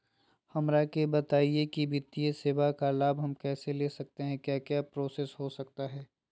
हमरा के बताइए की वित्तीय सेवा का लाभ हम कैसे ले सकते हैं क्या क्या प्रोसेस हो सकता है?